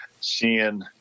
seeing